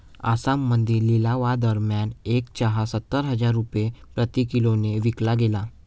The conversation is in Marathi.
आसाममध्ये लिलावादरम्यान एक चहा सत्तर हजार रुपये प्रति किलोने विकला गेला